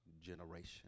generation